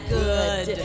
good